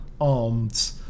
armed